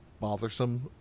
bothersome